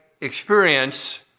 experience